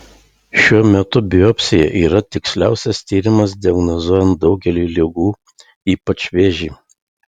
šiuo metu biopsija yra tiksliausias tyrimas diagnozuojant daugelį ligų ypač vėžį